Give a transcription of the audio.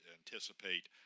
anticipate